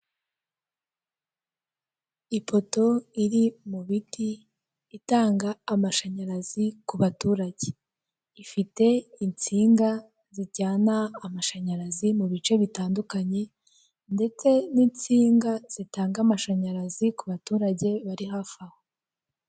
Ipoto iri mu biti itanga amashanyarazi ku baturage, ifite insinga zijyana amashanyarazi mu bice bitandukanye ndetse n'insinga zitanga amashanyarazi ku baturage bari hafi aho.